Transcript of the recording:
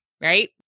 right